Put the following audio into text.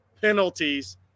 penalties